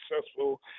successful